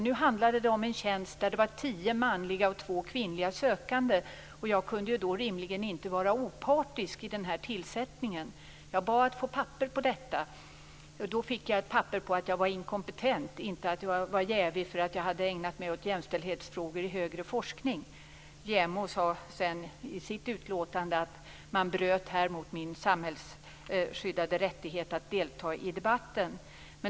Nu handlade det om en tjänst med tio manliga och två kvinnliga sökande, och jag kunde ju rimligen inte vara opartisk vid den tillsättningen! Jag bad att få papper på detta, men jag fick då papper på att jag var inkompetent - inte att jag var jävig efter att ha ägnat mig åt jämställdhetsfrågor i högre forskning. JämO sade sedan att man här bröt mot min samhällsskyddade rättighet att delat i debatten.